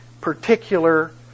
particular